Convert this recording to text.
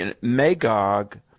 Magog